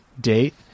date